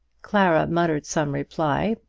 clara muttered some reply,